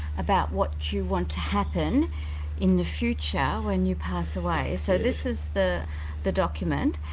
about what you want to happen in the future when you pass away. so this is the the document.